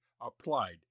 applied